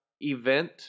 event